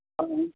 हाँ